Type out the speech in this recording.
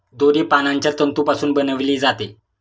दोरी पानांच्या तंतूपासून बनविली जाते